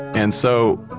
and so,